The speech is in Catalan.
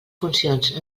funcions